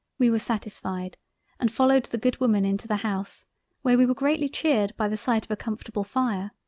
we were satisfied and followed the good woman into the house where we were greatly cheered by the sight of a comfortable fire.